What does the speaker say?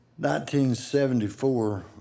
1974